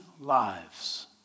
lives